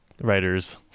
writers